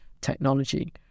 technology